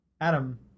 Adam